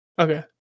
okay